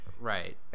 Right